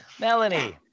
melanie